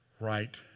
right